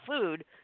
food